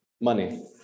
money